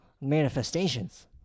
manifestations